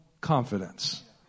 confidence